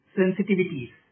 sensitivities